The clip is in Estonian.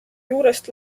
juurest